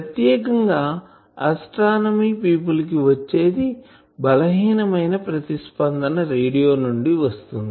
ప్రత్యేకంగా astronomy people కి వచ్చేది బలహీనమైన ప్రతిస్పందన రేడియో నుండి వస్తుంది